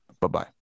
Bye-bye